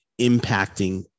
impacting